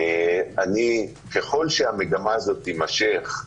ככל שהמגמה הזאת תימשך,